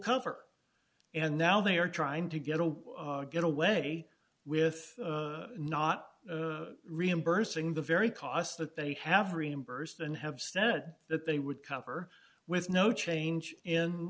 cover and now they are trying to get away get away with not reimbursing the very costs that they have reimbursed and have said that they would cover with no change in